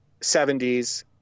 70s